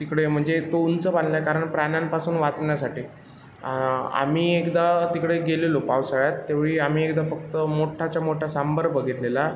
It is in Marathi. तिकडे म्हणजे तो उंच बांधला आहे कारण प्राण्यांपासून वाचण्यासाठी आम्ही एकदा तिकडे गेलेलो पावसाळ्यात त्या वेळी आम्ही एकदा फक्त मोठाच्या मोठा सांबर बघितलेला